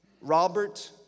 Robert